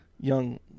young